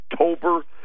October